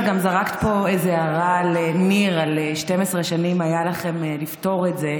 את גם זרקת פה איזו הערה לניר על "12 שנים היה לכם לפתור את זה",